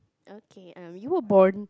okay um you were born